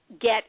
get